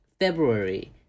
february